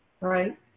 Right